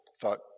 thought